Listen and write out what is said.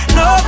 no